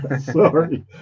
sorry